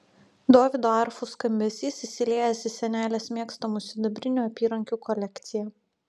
dovydo arfų skambesys įsiliejęs į senelės mėgstamų sidabrinių apyrankių kolekciją